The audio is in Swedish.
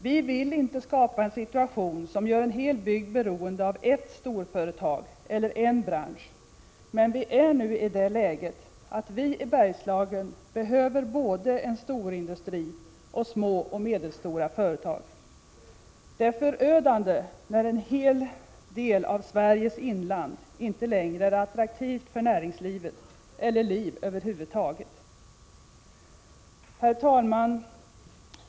Vi vill inte skapa en situation som gör en hel bygd beroende av ett storföretag eller en bransch, men vi är nu i det läget att vi i Bergslagen behöver både en storindustri och små och medelstora företag. Det är förödande när en stor del av Sveriges inland inte längre är attraktivt för näringsliv eller liv över huvud taget. Herr talman!